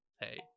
hey